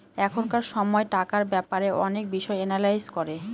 এখনকার সময় টাকার ব্যাপারে অনেক বিষয় এনালাইজ করে